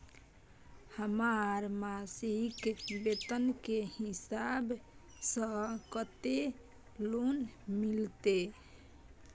हमर मासिक वेतन के हिसाब स कत्ते लोन मिलते?